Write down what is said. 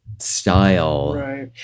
style